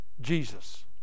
Jesus